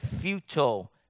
futile